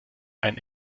ein